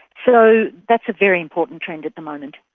so that's a very important trend at the moment.